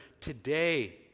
today